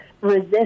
resist